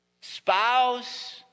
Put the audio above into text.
spouse